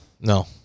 No